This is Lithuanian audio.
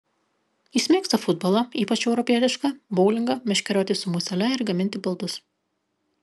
jis mėgsta futbolą ypač europietišką boulingą meškerioti su musele ir gaminti baldus